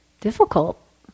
difficult